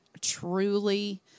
truly